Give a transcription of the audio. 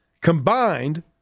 Combined